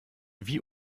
wie